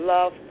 Love